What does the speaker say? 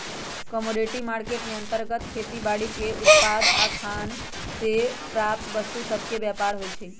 commodity market के अंतर्गत खेती बाड़ीके उत्पाद आऽ खान से प्राप्त वस्तु सभके व्यापार होइ छइ